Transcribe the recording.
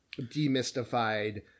demystified